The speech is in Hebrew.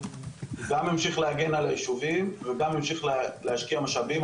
גם המשיך להגן על היישובים וגם המשיך להשקיע משאבים.